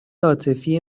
عاطفی